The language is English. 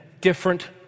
different